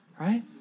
right